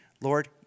Lord